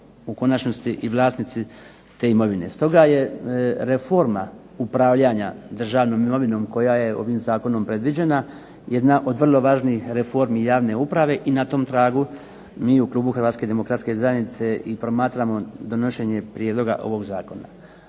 u konačnosti i vlasnici te imovine. Stoga je reforma upravljanja državnom imovinom koja je ovim zakonom predviđena jedna od vrlo važnih reformi javne uprave i na tom tragu mi u klubu HDZ-a i promatramo donošenje prijedloga ovog zakona.